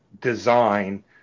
design